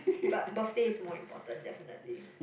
but birthday is more important definitely